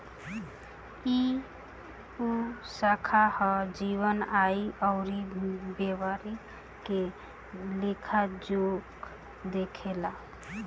ई उ शाखा ह जवन आय अउरी व्यय के लेखा जोखा देखेला